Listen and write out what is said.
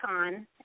on